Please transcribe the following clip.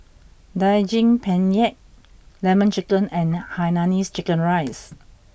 Daging Penyet Lemon Chicken and Hainanese Chicken Rice